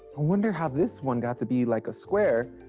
wonder how this one got to be like a square,